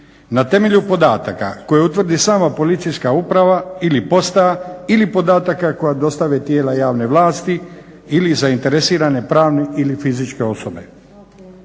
na temelju podataka koju utvrdi sama policijska uprava ili postaja ili podataka koje dostave tijela javne vlasti ili zainteresirane pravne ili fizičke osobe.